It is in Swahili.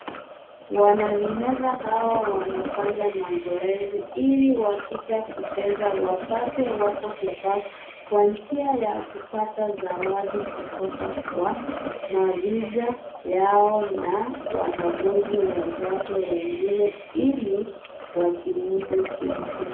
Wanariadha hawa wanafanya mazoezi ili wakikuja kucheza wapate wako shupavu kwa njia ya kupata zawadi kutoka kwa mavisa yao na wanafunzi wenzake wengine ili wajimudu kimaisha.